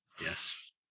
Yes